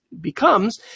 becomes